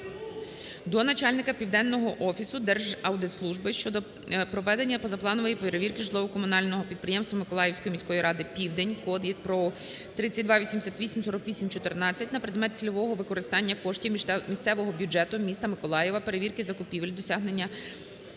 до начальника Південного офісу Держаудитслужби щодо проведення позапланової перевірки житлово-комунального підприємства Миколаївської міської ради "Південь" (код ЄДРПОУ 32884814) на предмет цільового використання коштів місцевого бюджету м. Миколаєва, перевірки закупівель, досягненням